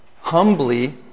humbly